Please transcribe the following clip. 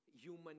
Human